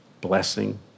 blessing